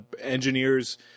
engineers